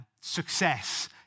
success